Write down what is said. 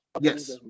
Yes